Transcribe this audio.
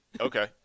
Okay